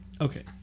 okay